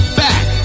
back